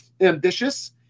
ambitious